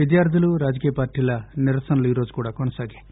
విద్యార్గులు రాజకీయ పార్టీల నిరసనలు ఈరోజు కూడా కొనసాగాయి